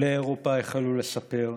עולי אירופה החלו לספר.